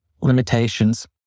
limitations